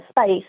space